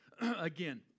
again